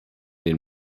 dem